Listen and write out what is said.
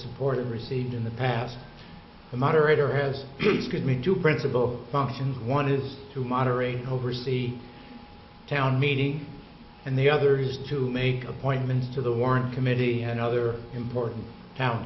support of received in the past the moderator has screwed me to principal functions one is to moderate oversee town meetings and the other is to make appointments to the warren committee and other important